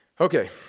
Okay